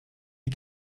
die